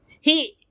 He-